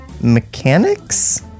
mechanics